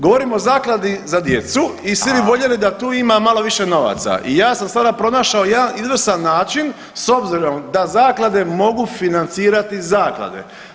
Govorimo o zakladi za djecu [[Upadica: Hvala.]] i svi bi voljeli da tu ima malo više novaca i ja sam sada pronašao jedan izvrsan način s obzirom da zaklade mogu financirati zaklade.